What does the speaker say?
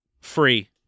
free